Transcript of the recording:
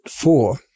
four